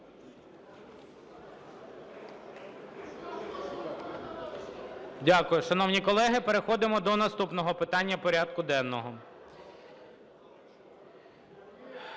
Дякую. Шановні колеги, переходимо до наступного питання порядку денного.